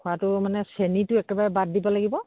খোৱাটো মানে চেনিটো একেবাৰে বাদ দিব লাগিব